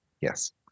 Yes